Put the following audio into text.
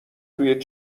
توی